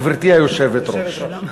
גברתי היושבת-ראש,